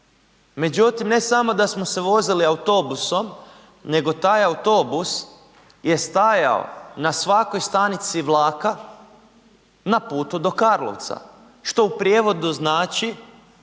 Međutim, ne samo da smo se vozili autobusom nego taj autobus je stajao na svakoj stanici vlaka na putu do Karlovca, što u prijevodu znači